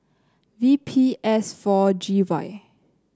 V P S four G Y